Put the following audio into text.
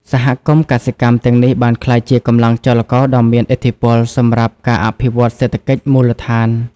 សហគមន៍កសិកម្មទាំងនេះបានក្លាយជាកម្លាំងចលករដ៏មានឥទ្ធិពលសម្រាប់ការអភិវឌ្ឍសេដ្ឋកិច្ចមូលដ្ឋាន។